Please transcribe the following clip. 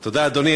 תודה, אדוני.